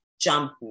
jump